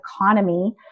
economy